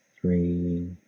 three